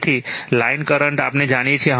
તેથી line current આપણે જાણીએ છીએ